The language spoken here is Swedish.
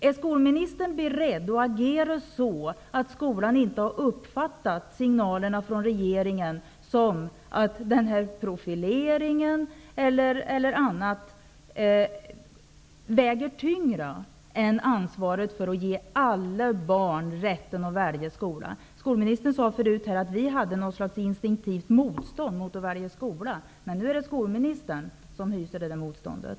Är skolministern beredd att agera så att skolan inte uppfattar signalerna från regeringen såsom att en profilering väger tyngre än ansvaret att ge alla barn rätten att välja skola? Skolministern sade här tidigare att vi skulle ha något slags instinktivt motstånd mot att man skall få välja skola. Nu är det skolministern som står för det motståndet.